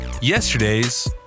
yesterday's